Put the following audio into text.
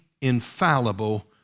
infallible